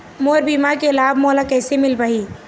मोर बीमा के लाभ मोला कैसे मिल पाही?